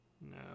No